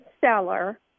seller